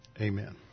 Amen